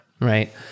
right